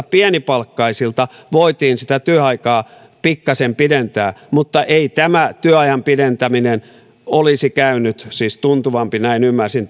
pienipalkkaisilta naisvaltaisilta aloilta voitiin sitä työaikaa pikkasen pidentää mutta ei tämä työajan pidentäminen olisi käynyt siis tuntuvampi näin ymmärsin